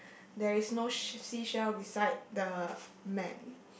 there is no sh~ seashell beside the man